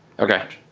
okay,